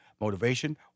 motivation